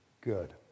good